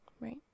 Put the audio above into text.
Right